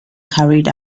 carried